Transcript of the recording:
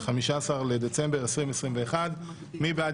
15 בדצמבר 2021. מי בעד?